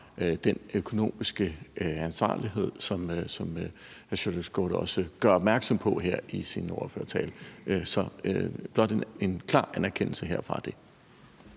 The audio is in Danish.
den økonomiske ansvarlighed, som hr. Sjúrður Skaale også gør opmærksom på her i sin ordførertale. Så det er blot en klar anerkendelse af det